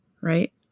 Right